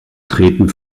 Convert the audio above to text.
treten